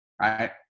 Right